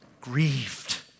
Grieved